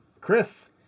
Chris